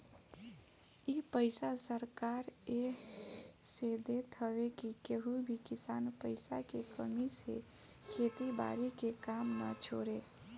इ पईसा सरकार एह से देत हवे की केहू भी किसान पईसा के कमी से खेती बारी के काम ना छोड़े